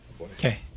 Okay